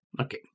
Okay